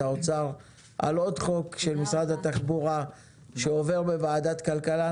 האוצר על עוד חוק של משרד התחבורה שעובר בוועדת הכלכלה.